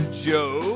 joe